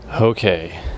Okay